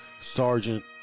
Sergeant